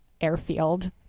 airfield